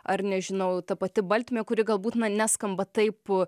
ar nežinau ta pati baltmė kuri galbūt na neskamba taip